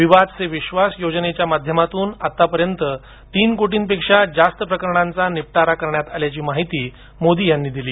विवाद से विश्वास योजनेच्या माध्यमातून आतापर्यंत तीन कोटींपेक्षा जास्त प्रकरणांचा निपटारा करण्यात आल्याची माहिती मोदी यांनी दिली